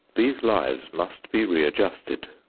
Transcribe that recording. these lives must be readjusted,